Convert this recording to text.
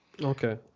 okay